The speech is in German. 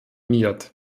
miert